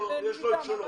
יש את התנאים